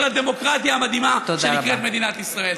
לדמוקרטיה המדהימה שנקראת מדינת ישראל.